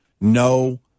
no